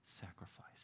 sacrifice